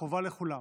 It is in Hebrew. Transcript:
חובה לכולם.